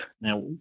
Now